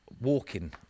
walking